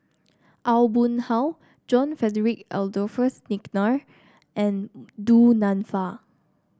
Aw Boon Haw John Frederick Adolphus McNair and Du Nanfa